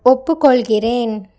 ஒப்புக்கொள்கிறேன்